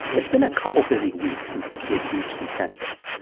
it's been a couple busy weeks since the kids reached consensus.